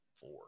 four